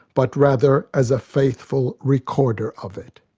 but rather as a faithful recorder of it.